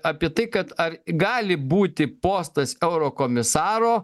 apie tai kad ar gali būti postas eurokomisaro